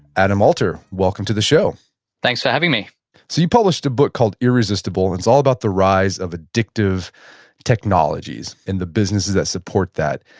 adam alter, welcome to the show thanks for having me you published a book called irresistible, and it's all about the rise of addictive technologies and the businesses that support that.